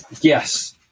Yes